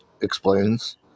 explains